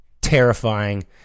terrifying